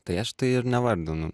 tai aš tai ir nevardinu